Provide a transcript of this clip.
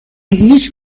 هیچ